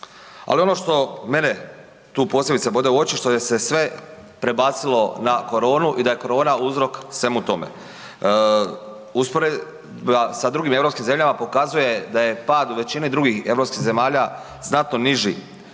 ali ono što mene tu posebice bode u oči, što je sve prebacilo na koronu i da je korona uzrok svemu tome. Usporedba sa drugim europskim zemljama pokazuje da je pad u većini drugih europskih zemalja znatno niži